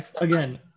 again